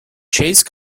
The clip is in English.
chase